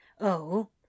Oh